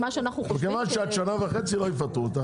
את שנה וחצי בתפקיד אז לא יפטרו אותך,